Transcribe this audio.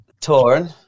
torn